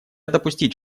допустить